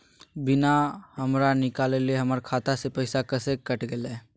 बिना हमरा निकालले, हमर खाता से पैसा कैसे कट गेलई?